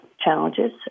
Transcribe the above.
challenges